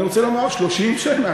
אני רוצה לומר: 30 שנה,